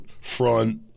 front